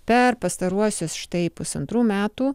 per pastaruosius štai pusantrų metų